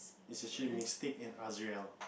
is actually Mystic and